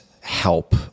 help